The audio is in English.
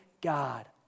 God